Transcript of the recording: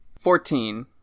Fourteen